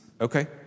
Okay